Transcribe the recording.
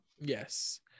yes